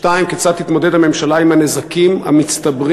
2. כיצד תתמודד הממשלה עם הנזקים המצטברים